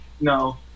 No